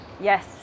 yes